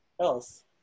else